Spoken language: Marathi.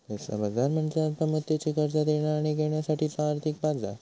पैसा बाजार म्हणजे अल्प मुदतीची कर्जा देणा आणि घेण्यासाठीचो आर्थिक बाजार